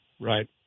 Right